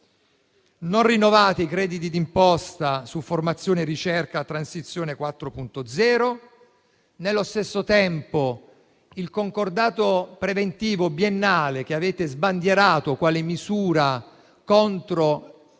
Non rinnovate i crediti d’imposta su formazione, ricerca e transizione 4.0; nello stesso tempo, il concordato preventivo biennale, che avete sbandierato quale misura contro